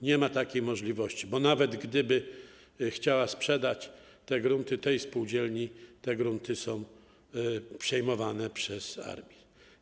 Nie ma takiej możliwości, bo nawet gdyby chcieli sprzedać te grunty spółdzielni, te grunty są przejmowane przez ARiMR.